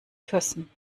küssen